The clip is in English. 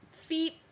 feet